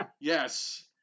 Yes